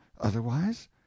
otherwise